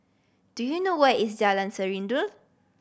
do you know where is Jalan